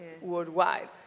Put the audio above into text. worldwide